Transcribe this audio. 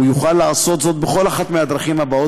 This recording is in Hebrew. הוא יוכל לעשות זאת בכל אחת מהדרכים האלה,